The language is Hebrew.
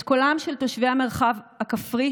את קולם של תושבי המרחב הכפרי,